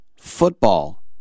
Football